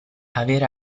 avere